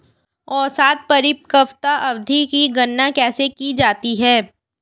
औसत परिपक्वता अवधि की गणना कैसे की जाती है?